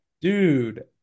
dude